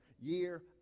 Year